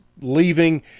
leaving